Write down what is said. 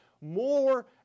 more